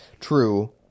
True